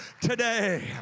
today